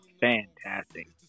fantastic